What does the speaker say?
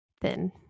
thin